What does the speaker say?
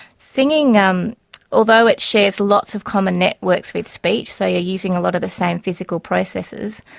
singing, um although it shares lots of common networks with speech, so you're using a lot of the same physical processes,